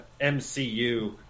MCU